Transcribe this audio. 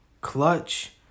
Clutch